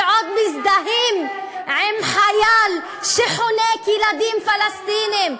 ועוד מזדהים עם חייל שחונק ילדים פלסטינים.